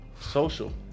Social